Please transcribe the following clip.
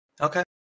Okay